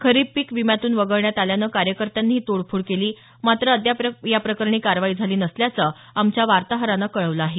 खरीप पीक विम्यातून वगळण्यात आल्यानं कार्यकर्त्यांनी ही तोडफोड केली मात्र अद्याप या प्रकरणी कारवाई झाली नसल्याचं आमच्या वातोहरान कळवलं आहे